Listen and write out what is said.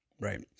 Right